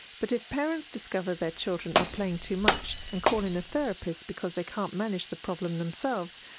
but if parents discover their children are playing too much and call in a therapist because they can't manage the problem themselves,